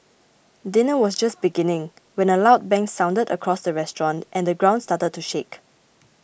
dinner was just beginning when a loud bang sounded across the restaurant and the ground started to shake